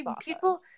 people